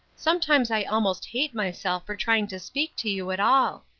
sometimes i almost hate myself for trying to speak to you at all.